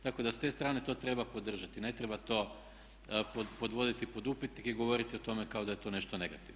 Tako da s te strane to treba podržati, ne treba to podvoditi pod upitnik i govoriti o tome kao da je to nešto negativno.